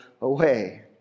away